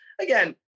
again